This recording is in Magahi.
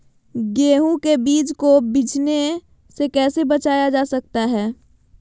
गेंहू के बीज को बिझने से कैसे बचाया जा सकता है?